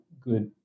good